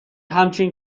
همچین